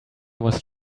was